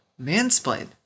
mansplain